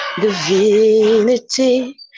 divinity